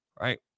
right